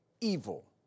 evil